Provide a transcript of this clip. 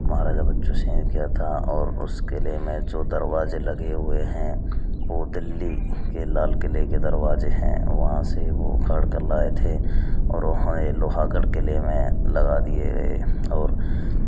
महाराजा बच्चू सिंह ने किया था उस किले में जो दरवाजे लगे हुए हैं वह दिल्ली के लाल किले के दरवाजे हैं वहाँ से वह उखाड़ कर लाए थे और वह यह लोहागढ़ किले में लगा दिए गए